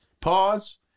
pause